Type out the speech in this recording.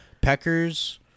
Peckers